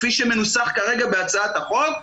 כפי שמנוסח כרגע בהצעת החוק,